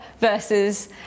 versus